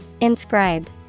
Inscribe